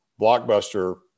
Blockbuster